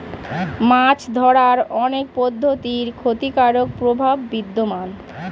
মাছ ধরার অনেক পদ্ধতির ক্ষতিকারক প্রভাব বিদ্যমান